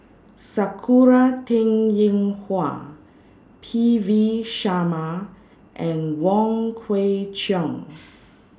Sakura Teng Ying Hua P V Sharma and Wong Kwei Cheong